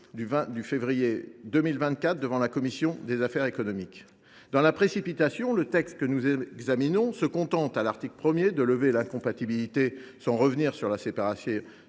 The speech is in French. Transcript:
en février 2024 devant la commission des affaires économiques. Dans la précipitation, le texte que nous examinons se contente, à l’article 1, de lever l’incompatibilité sans revenir sur la séparation